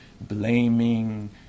blaming